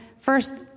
first